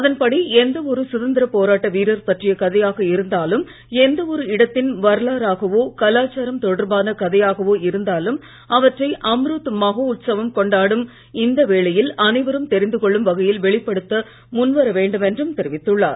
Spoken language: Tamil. அதன்படி எந்த ஒரு சுதந்திரப் போராட்ட வீரர் பற்றிய கதையாக இருந்தாலும் எந்த ஒரு இடத்தின் வரலாறாகவோ கலாச்சாரம் தொடர்பான கதையாகவோ இருந்தாலும் அவற்றை அம்ருத் மகோத்சவம் கொண்டாடும் இந்த வேளையில் அனைவரும் தெரிந்து கொள்ளும் வகையில் வெளிப்படுத்த முன் வர வேண்டும் என்றும் தெரிவித்துள்ளார்